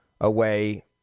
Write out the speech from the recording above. away